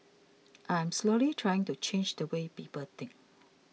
I'm slowly trying to change the way people think